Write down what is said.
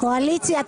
קואליציה,